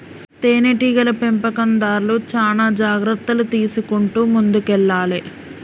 తేనె టీగల పెంపకందార్లు చానా జాగ్రత్తలు తీసుకుంటూ ముందుకెల్లాలే